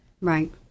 Right